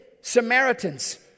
Samaritans